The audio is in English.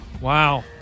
Wow